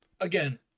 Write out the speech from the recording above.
Again